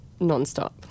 nonstop